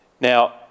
Now